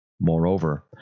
Moreover